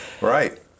Right